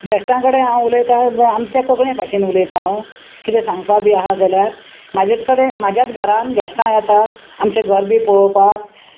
गॅश्टा कडेन हांव उलयतां आमच्या कोंकणींत भाशेन उलयता हांव किदें सांगपा बी आहा जाल्यार म्हाजेत कडेन म्हाज्याच घरान गॅश्टां येतात आमचें घर बी पळोवपाक